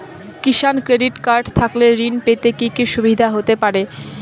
কিষান credit card থাকলে ঋণ পেতে কি কি সুবিধা হতে পারে?